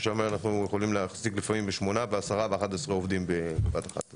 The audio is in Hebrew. ושם אנחנו יכולים להחזיק שמונה או עשרה או 11 עובדים בבת אחת.